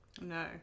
no